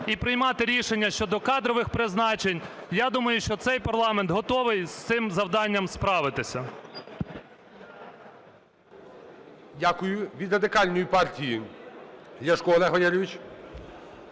і приймати рішення щодо кадрових призначень. Я думаю, що цей парламент готовий з цим завданням справитися. ГОЛОВУЮЧИЙ. Дякую. Від Радикальної партії